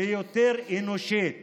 ליותר אנושית